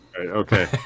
Okay